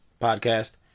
podcast